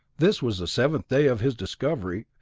this was the seventh day of his discovery,